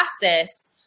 process